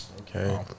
Okay